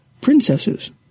Princesses